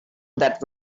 that